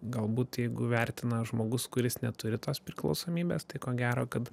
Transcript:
galbūt jeigu vertina žmogus kuris neturi tos priklausomybės tai ko gero kad